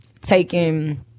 taking